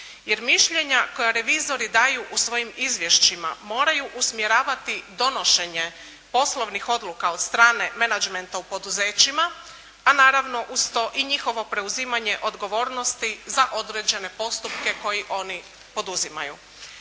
jer mišljenja koja revizori daju u svojim izvješćima moraju usmjeravati donošenje poslovnih odluka od strane menagementa u poduzećima a naravno uz to i njihovo preuzimanje odgovornosti za određene postupke koje oni poduzimaju.